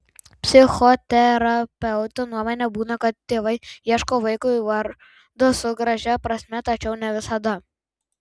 psichoterapeuto nuomone būna kad tėvai ieško vaikui vardo su gražia prasme tačiau ne visada